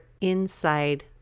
inside